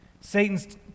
Satan's